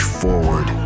forward